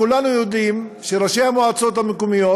כולנו יודעים שראשי המועצות המקומיות,